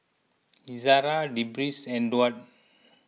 Izara Deris and Daud